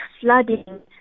flooding